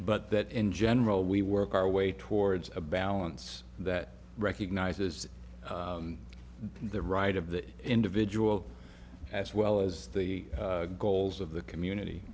but that in general we work our way towards a balance that recognizes the right of the individual as well as the goals of the community